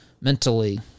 mentally